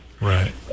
Right